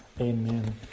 amen